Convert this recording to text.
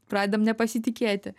pradedam nepasitikėti